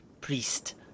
priest